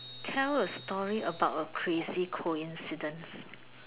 tell a story about a crazy coincidence